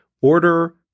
order